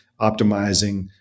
optimizing